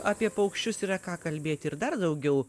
apie paukščius yra ką kalbėti ir dar daugiau